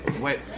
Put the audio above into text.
Wait